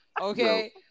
Okay